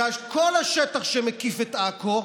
זה כל השטח שמקיף את עכו,